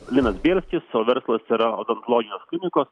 linas birskis o verslas yra odontologijos klinikos